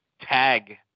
tag